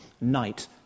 night